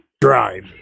drive